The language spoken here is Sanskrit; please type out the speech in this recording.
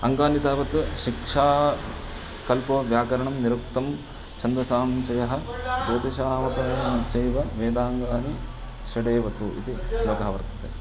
अङ्गानि तावत् शिक्षा कल्पः व्याकरणं निरुक्तं छन्दसां चयः ज्योतिषं चैव वेदाङ्गानि षडेव तु इति श्लोकः वर्तते